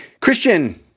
Christian